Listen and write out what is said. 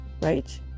right